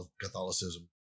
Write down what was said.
Catholicism